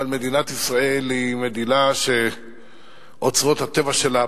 אבל מדינת ישראל היא מדינה שאוצרות הטבע שלה,